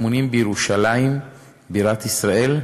הטמונים בירושלים בירת ישראל,